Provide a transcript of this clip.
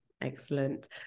Excellent